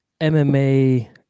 MMA